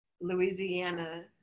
Louisiana